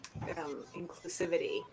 inclusivity